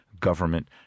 government